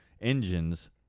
engines